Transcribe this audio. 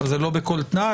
אבל זה לא בכל תנאי,